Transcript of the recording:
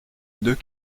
deux